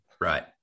Right